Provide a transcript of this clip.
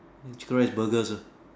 chicken rice burgers ah